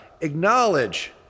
acknowledge